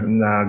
na